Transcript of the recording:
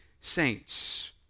saints